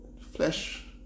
flesh